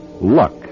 luck